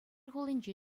хулинче